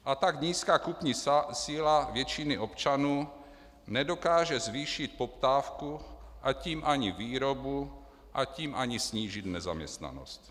A tak nízká kupní síla většiny občanů nedokáže zvýšit poptávku a tím ani výrobu a tím ani snížit nezaměstnanost.